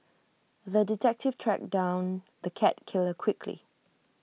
the detective tracked down the cat killer quickly